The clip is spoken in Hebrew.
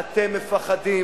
אתם מפחדים.